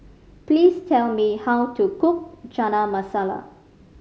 please tell me how to cook Chana Masala